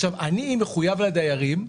עכשיו אני מחויב לדיירים,